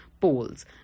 polls